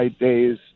days